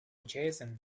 jason